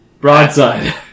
Broadside